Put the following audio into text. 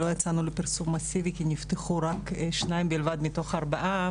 לא יצאנו לפרסום מסיבי כי נפתחו שניים בלבד מתוך ארבעה,